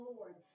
Lord